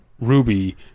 Ruby